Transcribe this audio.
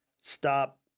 stop